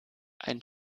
ein